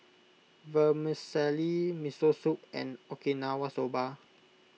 Vermicelli Miso Soup and Okinawa Soba